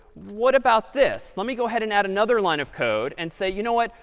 what about this? let me go ahead and add another line of code and say, you know what,